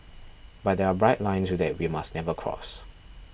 but there are bright lines that we must never cross